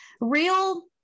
real